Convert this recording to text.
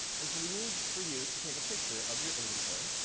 and so, we need for you to take a picture of your inventory.